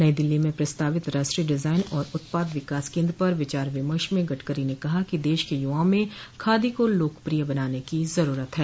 नई दिल्ली में प्रस्तावित राष्ट्रीय डिजाइन और उत्पाद विकास केन्द्र पर विचार विमर्श में गडकरी ने कहा कि देश के युवाओं में खादी को लोकप्रिय बनाने की जरूरत है